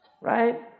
right